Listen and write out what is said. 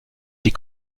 die